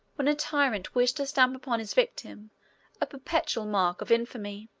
when a tyrant wished to stamp upon his victim a perpetual mark of infamy.